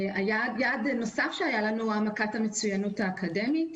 יעד נוסף שהיה לנו הוא העמקת המצוינות האקדמית.